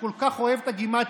הוא כל כך אוהב את הגימטריות.